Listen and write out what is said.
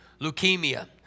leukemia